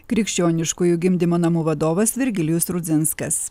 krikščioniškųjų gimdymo namų vadovas virgilijus rudzinskas